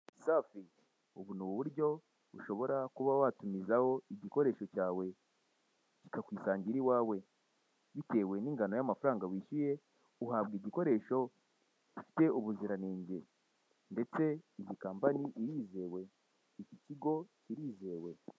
Safi ubu ni uburyo ushobora kuba watumizaho igikoresho cyawe kikakwisangira iwawe, bitewe n'ingano y'amafaranga wishyuye uhabwa igikoresho gifite ubuziranenge ndetse iyi kampani irizewe iki kigo kirizewe.